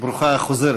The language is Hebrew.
ברוכה החוזרת.